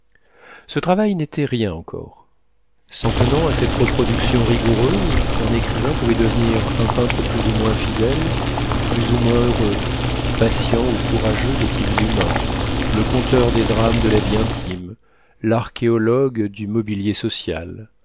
ce travail n'était rien encore s'en tenant à cette reproduction rigoureuse un écrivain pouvait devenir un peintre plus ou moins fidèle plus ou moins heureux patient ou courageux des types humains le conteur des drames de la vie intime l'archéologue du mobilier social